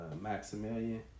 Maximilian